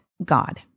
God